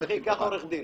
קח עורך דין.